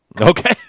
Okay